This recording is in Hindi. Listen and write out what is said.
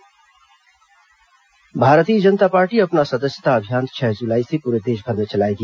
भाजपा सदस्यता भारतीय जनता पार्टी अपना सदस्यता अभियान छह जुलाई से पूरे देशभर में चलाएगी